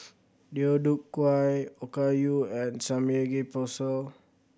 Deodeok Gui Okayu and Samgeyopsal